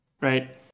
right